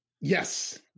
Yes